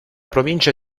provincia